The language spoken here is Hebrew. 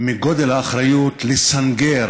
מגודל האחריות, לסנגר